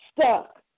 stuck